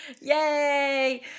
Yay